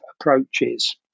approaches